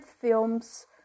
films